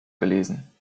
gelesen